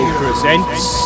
presents